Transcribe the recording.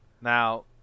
Now